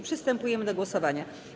Przystępujemy do głosowania.